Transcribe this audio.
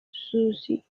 soothing